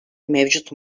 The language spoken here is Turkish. mevcut